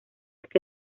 que